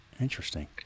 Interesting